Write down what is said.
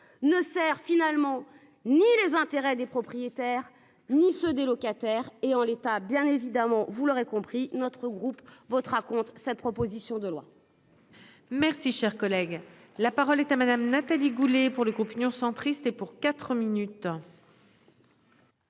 ne sert finalement ni les intérêts des propriétaires ni ceux des locataires et en l'état, bien évidemment, vous l'aurez compris, notre groupe votera contre sa proposition de loi. Merci, cher collègue, la parole est à madame Nathalie Goulet, pour le groupe Union centriste et pour quatre minutes.